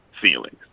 feelings